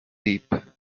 deep